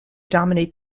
dominate